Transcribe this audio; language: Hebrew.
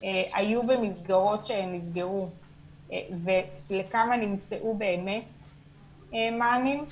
היו במסגרות שנסגרו ולכמה נמצאו באמת מענים.